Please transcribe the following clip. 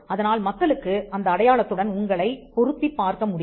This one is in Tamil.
அதனால் மக்களுக்கு அந்த அடையாளத்துடன் உங்களைப் பொருத்திப் பார்க்க முடியும்